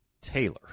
Taylor